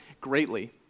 greatly